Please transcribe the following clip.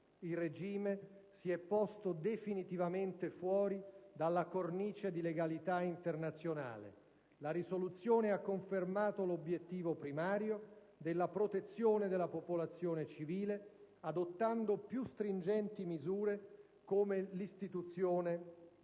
Il regime si è posto definitivamente fuori dalla cornice di legalità internazionale. La risoluzione ha confermato l'obiettivo primario della protezione della popolazione civile adottando più stringenti misure, come l'istituzione